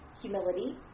humility